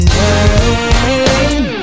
name